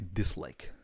dislike